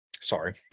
Sorry